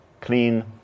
clean